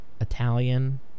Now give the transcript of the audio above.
Italian